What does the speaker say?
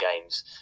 games